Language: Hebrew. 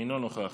אינו נוכח,